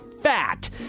fat